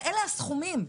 אלה הסכומים.